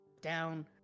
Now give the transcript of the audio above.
Down